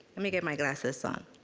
let me get my glasses on.